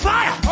Fire